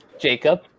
Jacob